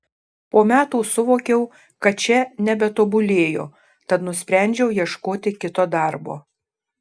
po metų suvokiau kad čia nebetobulėju tad nusprendžiau ieškoti kito darbo